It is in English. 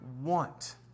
want